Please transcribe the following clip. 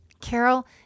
Carol